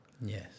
Yes